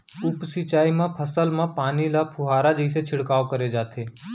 उप सिंचई म फसल म पानी ल फुहारा जइसे छिड़काव करे जाथे